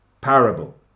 parable